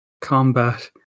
Combat